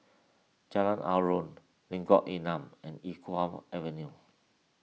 Jalan Aruan Lengkong Enam and Iqbal Avenue